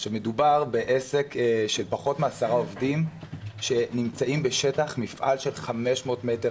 מדובר בעסק של פחות מעשרה עובדים שנמצאים בשטח של 500 מ"ר